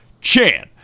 Chan